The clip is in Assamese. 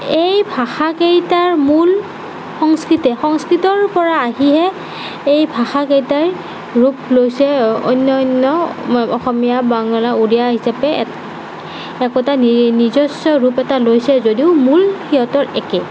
এই ভাষাকেইটাৰ মূল সংস্কৃতেই সংস্কৃতৰ পৰা আহিহে এই ভাষাকেইটাই ৰূপ লৈছে অন্য অন্য অসমীয়া বাংলা উৰিয়া হিচাপে এক একোটা নিজস্ব ৰূপ এটা লৈছে যদিও মূল সিহঁতৰ একে